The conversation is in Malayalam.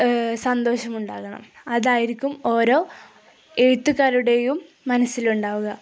സന്തോഷമുണ്ടാകണം അതായിരിക്കും ഓരോ എഴുത്തുക്കാരുടെയും മനസ്സിലുണ്ടാവുക